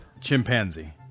Chimpanzee